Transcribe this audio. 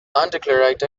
undeclared